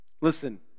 listen